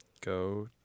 Go